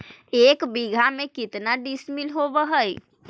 एक बीघा में केतना डिसिमिल होव हइ?